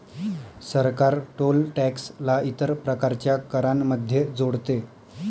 सरकार toll tax ला इतर प्रकारच्या करांमध्ये जोडते